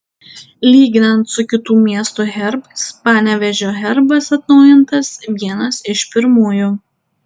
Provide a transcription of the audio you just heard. lyginant su kitų miestų herbais panevėžio herbas atnaujintas vienas iš pirmųjų